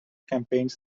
campaigns